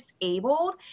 disabled